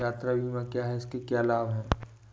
यात्रा बीमा क्या है इसके क्या लाभ हैं?